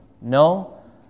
No